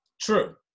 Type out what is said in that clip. True